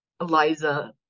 Eliza